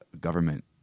government